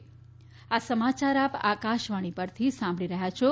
corona appeal આ સમાચાર આપ આકાશવાણી પરથી સાંભળી રહ્યા છો